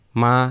ma